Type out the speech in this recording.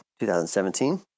2017